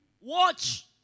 Watch